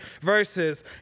verses